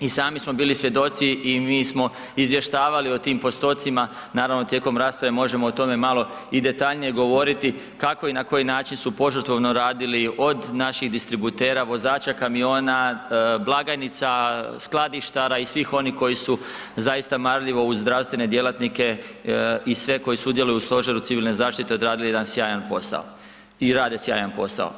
I sami smo bili svjedoci i mi smo izvještavali o tim postocima, naravno tijekom rasprave možemo o tome malo i detaljnije govoriti kako i na koji način su požrtvovno radili od naših distributera, vozača kamiona, blagajnica, skladištara i svih onih koji su zaista marljivo uz zdravstvene djelatnike i sve koji sudjeluju u stožeru civilne zaštite odradili jedan sjajan posao i rade sjajan posao.